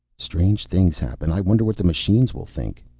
strange things happen. i wonder what the machines will think.